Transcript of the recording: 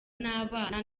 n’abana